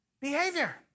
behavior